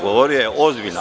Govorio je ozbiljno.